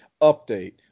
update